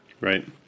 right